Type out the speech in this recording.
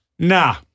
Nah